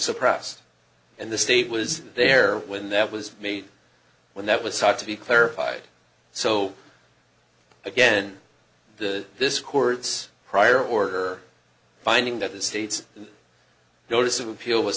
suppressed and the state was there when that was made when that was sought to be clarified so again the this court's prior order finding that the state's notice of appeal was